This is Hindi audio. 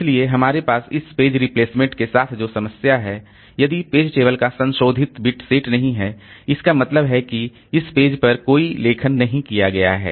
इसलिए हमारे पास इस पेज रिप्लेसमेंट के साथ जो समस्या है यदि पेज टेबल का संशोधित बिट सेट नहीं है इसका मतलब है कि इस पेज पर कोई लेखन नहीं किया गया है